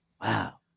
wow